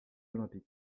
olympiques